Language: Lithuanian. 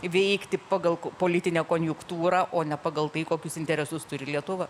veikti pagal politinę konjuktūrą o ne pagal tai kokius interesus turi lietuva